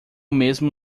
mesmo